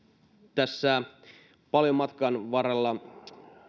tässä paljon on matkan varrella